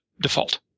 default